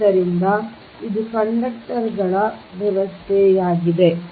ಆದ್ದರಿಂದ ಇದು ಕಂಡಕ್ಟರ್ಗಳ ವ್ಯವಸ್ಥೆಯಾಗಿದೆ